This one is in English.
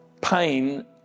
pain